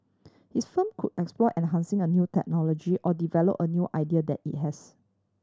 his firm could explore enhancing a new technology or develop a new idea that it has